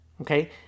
Okay